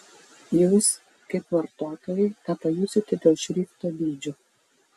jūs kaip vartotojai tą pajusite dėl šrifto dydžio